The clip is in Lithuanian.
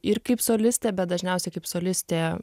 ir kaip solistė bet dažniausiai kaip solistė